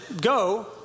go